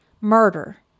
murder